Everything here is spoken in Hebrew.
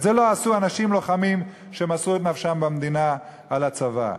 את זה לא עשו אנשים לוחמים שמסרו את נפשם במדינה על הצבא.